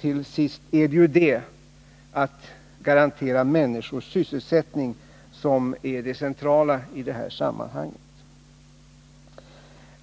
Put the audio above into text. Till sist är det ju det — att garantera människors sysselsättning — som är det centrala i detta sammanhang.